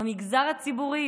של 34% במגזר הציבורי,